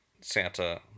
Santa